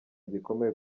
gikomeye